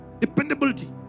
dependability